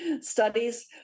studies